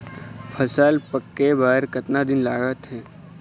फसल पक्के बर कतना दिन लागत हे?